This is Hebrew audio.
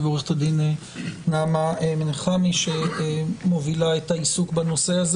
ועו"ד נעמה מנחמי שמובילה את העיסוק בנושא.